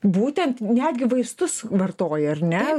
būtent netgi vaistus vartoja ar ne